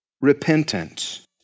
repentance